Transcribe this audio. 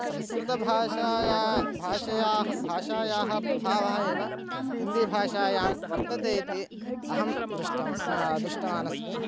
संस्कृतभाषायाः भाषायाः भाषायाः प्रभावः एव हिन्दीभाषायां वर्तते इति अहं दृष्टं दृष्टवान् अस्मि